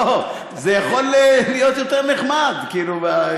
לא, זה יכול להית יותר נחמד, כאילו,